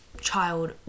child